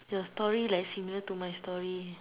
your story like similar to my story